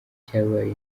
cyabaye